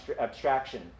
abstraction